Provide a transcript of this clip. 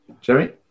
jerry